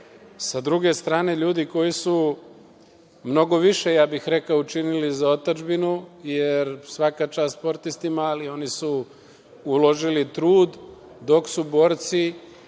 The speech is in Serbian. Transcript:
druge strane, ljudi koji su mnogo više, ja bih rekao, učinili za otadžbinu, jer svaka čast sportistima, ali oni su uložili trud, dok su borci